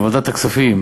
בוועדת הכספים,